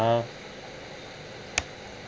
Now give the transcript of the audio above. ah